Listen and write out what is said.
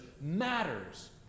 matters